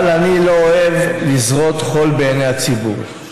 אבל אני לא אוהב לזרות חול בעיני הציבור.